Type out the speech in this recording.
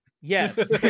Yes